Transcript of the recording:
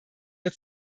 der